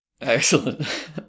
Excellent